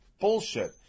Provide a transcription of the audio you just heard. bullshit